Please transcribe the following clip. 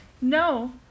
no